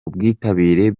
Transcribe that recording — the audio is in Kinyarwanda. ubwitabire